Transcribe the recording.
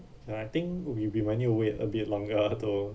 and I think we'll be be might need to wait a bit longer to